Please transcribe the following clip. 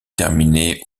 terminer